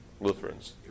Lutherans